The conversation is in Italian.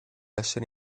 essere